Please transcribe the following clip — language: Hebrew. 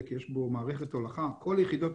אפילו רק במקרי חירום קיצוניים,